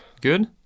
Good